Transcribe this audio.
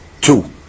two